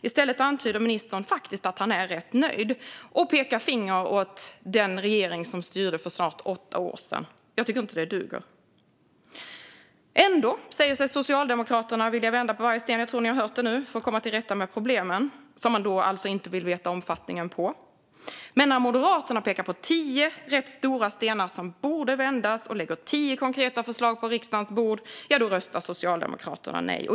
I stället antyder ministern att han är rätt nöjd och pekar finger åt den regering som styrde för snart åtta år sedan. Jag tycker inte att det duger. Ändå säger sig Socialdemokraterna vilja vända på varje sten för att komma till rätta med problemen, som man inte vill veta omfattningen av. Jag tror att ni hört det nu. Men när Moderaterna pekar på tio rätt stora stenar som borde vändas och lägger fram tio konkreta förslag på riksdagens bord röstar Socialdemokraterna nej.